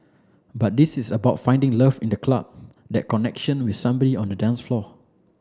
but this is about finding love in the club that connection with somebody on the dance floor